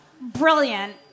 brilliant